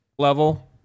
level